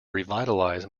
revitalize